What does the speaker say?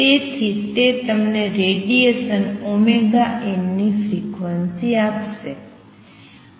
તેથી તે તમને રેડિએશન ωn ની ફ્રિક્વન્સી આપશે